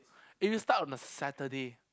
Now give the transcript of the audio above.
if he start on a Saturday